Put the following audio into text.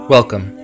Welcome